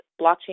blockchain